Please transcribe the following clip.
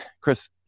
Chris